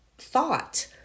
thought